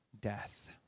death